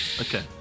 okay